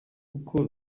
uko